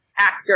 actor